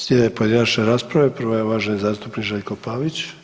Slijede pojedinačne rasprave, prva je uvaženi zastupnik Željko Pavić.